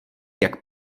jak